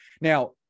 now